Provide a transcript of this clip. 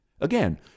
Again